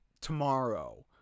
tomorrow